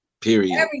Period